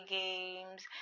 games